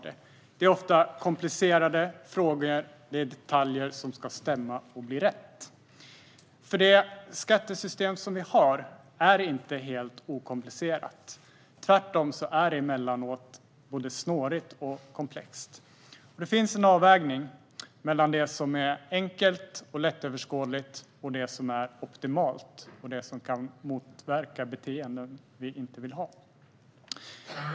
Det är ofta komplicerade frågor, och det är detaljer som ska stämma och bli rätt. Vårt skattesystem är inte helt okomplicerat. Tvärtom är det emellanåt både snårigt och komplext. Det finns en avvägning mellan det som är enkelt och lättöverskådligt och det som är optimalt och kan motverka beteenden som vi inte vill se.